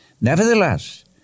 Nevertheless